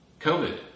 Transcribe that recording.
COVID